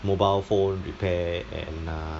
mobile phone repair and err